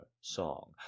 song